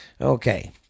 Okay